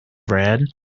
read